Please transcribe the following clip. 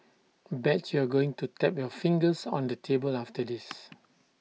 bet you're going to tap your fingers on the table after this